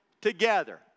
together